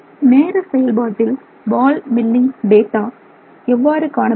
நேர செயல்பாட்டில் ball milling data எவ்வாறு காணப்படுகிறது